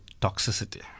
toxicity